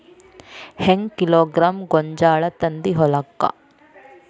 ಹೆಂಗ್ ಕಿಲೋಗ್ರಾಂ ಗೋಂಜಾಳ ತಂದಿ ಹೊಲಕ್ಕ?